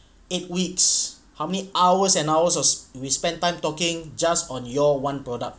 eight weeks how many hours and hours I was we spend time talking just on your one product